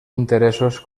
interessos